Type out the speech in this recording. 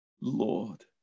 Lord